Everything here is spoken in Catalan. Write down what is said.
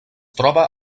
troba